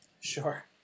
Sure